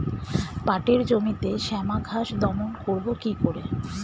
পাটের জমিতে শ্যামা ঘাস দমন করবো কি করে?